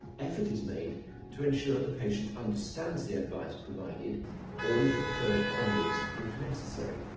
effort is made to ensure the patient understands the advice provided or is referred onwards if necessary.